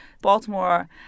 Baltimore